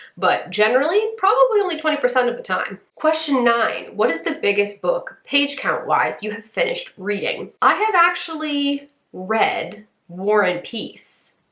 but generally, probably only twenty percent of the time. question nine what is the biggest book page count-wise you have finished reading? i have actually read war and peace.